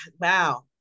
wow